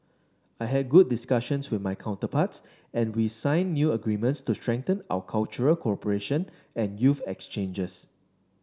I had good discussions with my counterparts and we signed new agreements to strengthen our cultural cooperation and youth exchanges